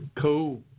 Cool